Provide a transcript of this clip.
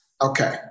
Okay